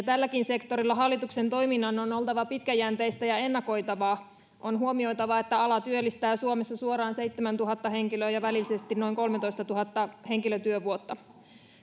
tälläkin sektorilla hallituksen toiminnan on oltava pitkäjänteistä ja ennakoitavaa on huomioitava että ala työllistää suomessa suoraan seitsemäntuhatta henkilöä ja ja välillisesti noin kolmetoistatuhatta henkilötyövuotta